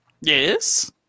Yes